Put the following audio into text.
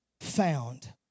found